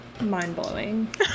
Mind-blowing